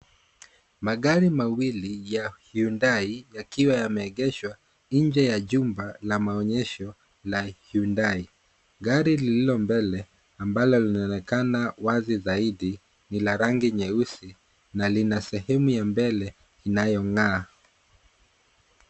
Magari mawili ya hyundai yakiwa yame egeshwa nje ya jumba la maonyesho la Hyundai gari lililo mbele ambalo linaonekana wazi zaidi ni la rangi nyeusi na lina sehemu ya mbele inayo ngaa.